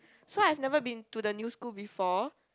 so I've never been to the new school before